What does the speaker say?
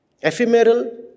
Ephemeral